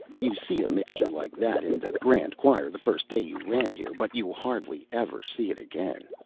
you see a mixture like that in the grand choir, the first day you land here, but you hardly ever see it again.